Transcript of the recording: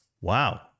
Wow